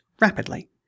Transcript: rapidly